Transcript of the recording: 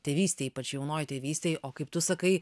tėvystėj ypač jaunoj tėvystėj o kaip tu sakai